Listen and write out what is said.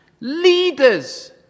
leaders